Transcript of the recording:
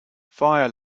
fire